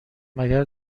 مگر